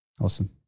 Awesome